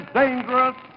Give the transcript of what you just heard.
dangerous